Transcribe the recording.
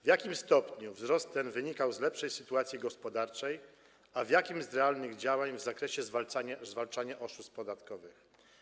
W jakim stopniu wzrost ten wynikał z lepszej sytuacji gospodarczej, a w jakim z realnych działań w zakresie zwalczania oszustw podatkowych?